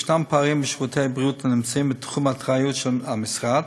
ישנם פערים בשירותי בריאות הנמצאים בתחום האחריות של המשרד.